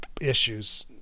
issues